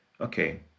okay